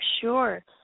sure